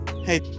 hey